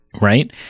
Right